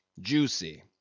Juicy